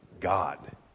God